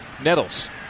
Nettles